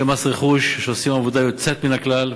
מס רכוש שעושים עבודה יוצאת מן הכלל,